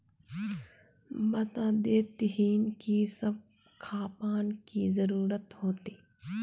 बता देतहिन की सब खापान की जरूरत होते?